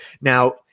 Now